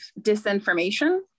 disinformation